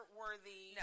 worthy